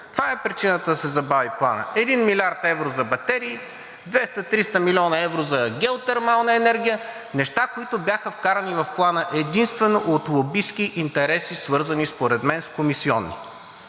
Това е причината да се забави Планът – 1 млрд. евро за батерии, 200 – 300 млн. евро за геотермална енергия, неща, които бяха вкарани в Плана единствено от лобистки интереси, свързани според мен с комисиони.